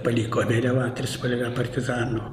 paliko vėliavą trispalvę partizanų